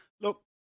Look